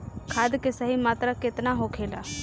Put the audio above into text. खाद्य के सही मात्रा केतना होखेला?